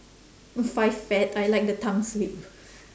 five fat I like the tongue slip